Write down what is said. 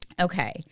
Okay